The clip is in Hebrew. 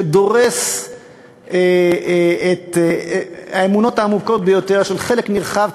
שדורס את האמונות העמוקות ביותר של חלק נרחב,